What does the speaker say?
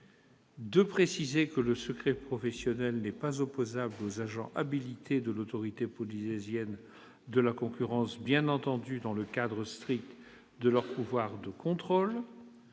de préciser que le secret professionnel n'est pas opposable aux agents habilités de l'autorité polynésienne de la concurrence- bien entendu dans le cadre strict de leurs pouvoirs de contrôle